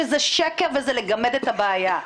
שזה שקר וזה לגמד את הבעיה.